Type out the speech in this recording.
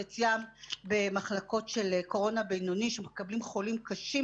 חציין במחלקות של קורונה בינוני שמקבלים חולים קשים